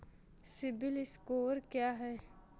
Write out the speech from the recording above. CIBIL score क्या है?